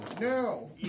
No